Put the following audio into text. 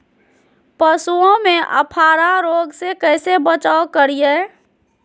पशुओं में अफारा रोग से कैसे बचाव करिये?